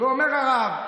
אומר הרב: